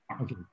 Okay